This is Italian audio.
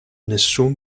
nessun